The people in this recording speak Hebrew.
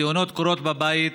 התאונות קורות בבית,